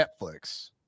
Netflix